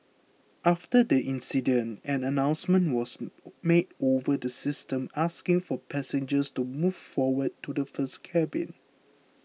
after the incident an announcement was made over the systems asking for passengers to move forward to the first cabin